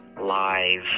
live